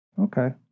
Okay